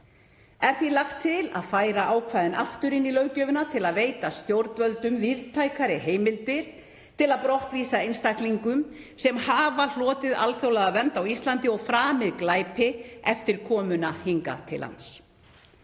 Er því lagt til að færa ákvæðin aftur inn í löggjöfina til að veita stjórnvöldum víðtækari heimildir til að brottvísa einstaklingum sem hafa hlotið alþjóðlega vernd á Íslandi og framið glæpi eftir komu til landsins.